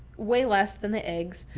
way less than the eggs,